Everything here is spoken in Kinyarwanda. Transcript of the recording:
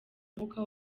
mwuka